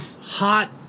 hot